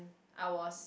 I was